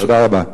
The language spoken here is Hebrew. תודה רבה.